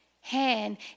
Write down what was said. hand